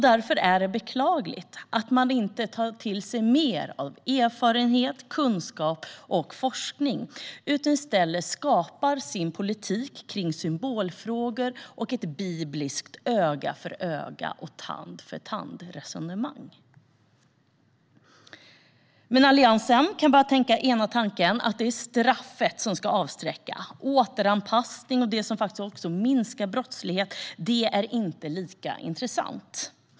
Därför är det beklagligt att man inte tar till sig mer av erfarenhet, kunskap och forskning utan i stället skapar sin politik kring symbolfrågor och ett bibliskt öga-för-öga-och-tand-för-tand-resonemang. Men Alliansen kan bara tänka ena tanken, nämligen att det är straffet som ska avskräcka. Återanpassningen och det som faktiskt också minskar brottslighet är inte lika intressant.